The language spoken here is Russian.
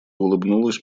улыбнулась